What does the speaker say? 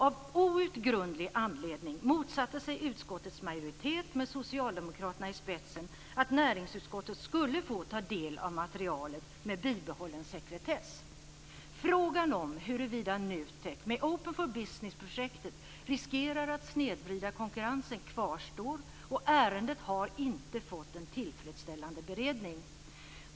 Av outgrundlig anledning motsatte sig utskottets majoritet - med socialdemokraterna i spetsen - att näringsutskottet skulle få ta del av materialet med bibehållen sekretess. Frågan om huruvida NUTEK med Open for Business-projektet riskerar att snedvrida konkurrensen kvarstår, och ärendet har inte fått en tillfredsställande beredning.